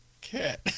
cat